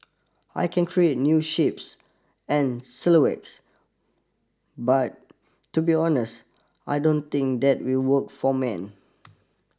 I can create new shapes and silhouettes but to be honest I don't think that will work for men